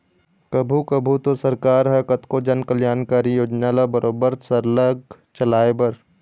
कभू कभू तो सरकार ह कतको जनकल्यानकारी योजना ल बरोबर सरलग चलाए बर